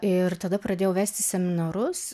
ir tada pradėjau vesti seminarus